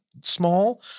small